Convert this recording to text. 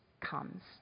comes